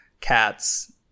cats